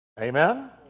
Amen